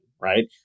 right